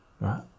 right